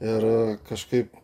ir kažkaip